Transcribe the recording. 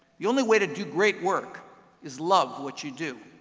the only way to do great work is love what you do.